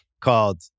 called